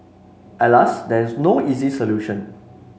alas there is no easy solution